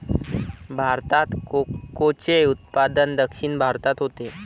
भारतात कोकोचे उत्पादन दक्षिण भारतात होते